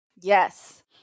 Yes